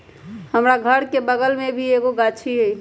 हमरा घर के बगल मे भी एगो गाछी हई